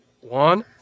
One